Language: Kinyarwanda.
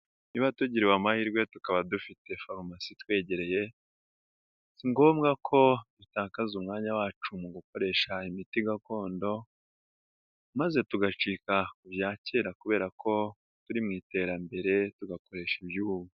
Niba tugiriwe amahirwe tukaba dufite farumasi itwegereye, si ngombwa ko dutakaza umwanya wacu mu gukoresha imiti gakondo, maze tugacika kubya kera kubera ko turi mu iterambere tugakoresha iby'ubu.